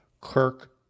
Kirk